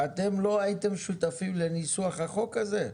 אתם לא הייתם שותפים לניסוח החוק הזה?